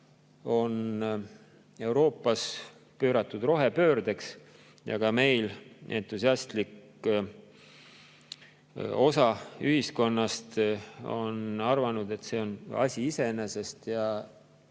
on Euroopas pööratud rohepöördeks ja ka meil on entusiastlik osa ühiskonnast arvanud, et see on asi iseeneses,